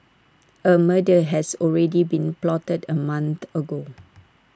A murder has already been plotted A month ago